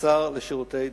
השר לשירותי דת,